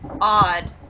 odd